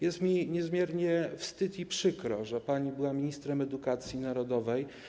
Jest mi niezmiernie wstyd i przykro, że pani była ministrem edukacji narodowej.